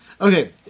Okay